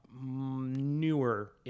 newer